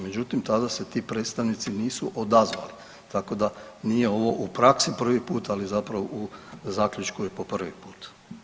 Međutim, tada se ti predstavnici nisu odazvali, tako da nije ovo u praksi prvi put, ali zapravo u zaključku je po prvi put.